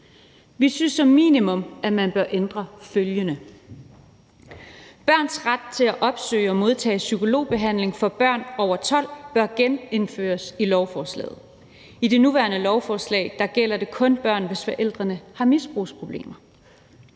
Vi synes som minimum, at man bør ændre følgende: Børns ret til at opsøge og modtage psykologbehandling for børn over 12 år bør genindføres i lovforslaget. I det nuværende lovforslag gælder det kun børn, hvis forældre har misbrugsproblemer.